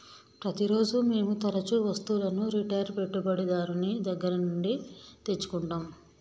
ప్రతిరోజూ మేము తరుచూ వస్తువులను రిటైల్ పెట్టుబడిదారుని దగ్గర నుండి తెచ్చుకుంటం